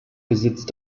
besitzt